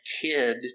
kid